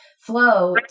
FLOW